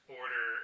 order